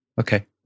Okay